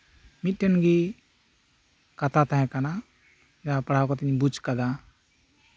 ᱢᱤᱫᱴᱮᱱᱜᱮ ᱠᱟᱛᱷᱟ ᱛᱟᱸᱦᱮ ᱠᱟᱱᱟ ᱡᱟᱸᱦᱟ ᱯᱟᱲᱦᱟᱣ ᱠᱟᱛᱮᱜ ᱤᱧ ᱵᱩᱡ ᱠᱟᱫᱟ